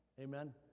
Amen